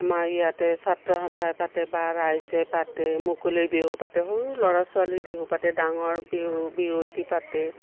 আমাৰ ইয়াতে ছাত্ৰসন্থাই পাতে বা ৰাইজে পাতে মুকলি বিহু পাতে সৰু ল'ৰা ছোৱালী বিহু পাতে ডাঙৰ বিহু বিহুৱতী পাতে